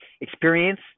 experience